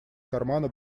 кармана